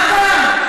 מה קרה?